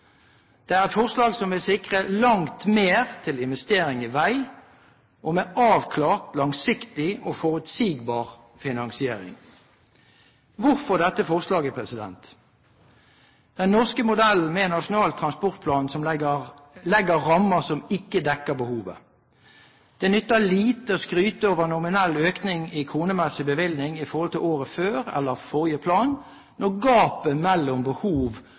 Det er et forslag som vil sikre langt mer til investering i vei og med avklart, langsiktig og forutsigbar finansiering. Hvorfor dette forslaget? Den norske modellen med Nasjonal transportplan legger rammer som ikke dekker behovet. Det nytter lite å skryte av nominell økning i kronemessig bevilgning i forhold til året før etter forrige plan når gapet mellom behov